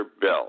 bill